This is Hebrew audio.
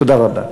תודה רבה.